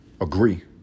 agree